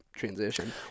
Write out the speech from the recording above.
transition